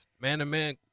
Man-to-man